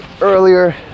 earlier